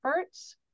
efforts